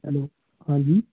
hello ਹਾਂਜੀ